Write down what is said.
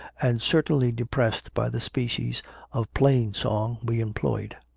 and certainly depressed by the species of plain-song we employed.